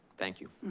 thank you.